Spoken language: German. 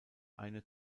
eine